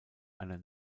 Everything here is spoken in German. einer